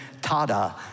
Tada